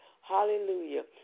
hallelujah